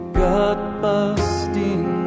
gut-busting